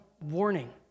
warning